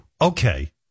Okay